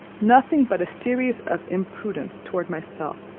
nothing but a series of imprudence towards myself,